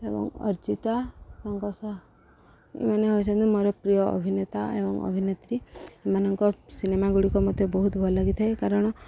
ଏବଂ ଅର୍ଚିତା ତାଙ୍କ ଏମାନେ ହେଛନ୍ତି ମୋର ପ୍ରିୟ ଅଭିନେତା ଏବଂ ଅଭିନେତ୍ରୀ ଏମାନଙ୍କ ସିନେମାଗୁଡ଼ିକ ମୋତେ ବହୁତ ଭଲ ଲାଗିଥାଏ କାରଣ